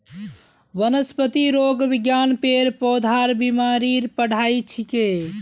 वनस्पतिरोग विज्ञान पेड़ पौधार बीमारीर पढ़ाई छिके